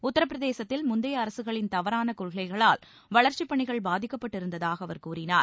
உத்தாப்பிரதேசத்தில் முந்தைய அரசுகளின் தவறான கொள்கைகளால் வளர்ச்சிப் பணிகள் பாதிக்கப்பட்டு இருந்ததாக அவர் கூறினார்